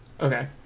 Okay